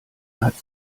hat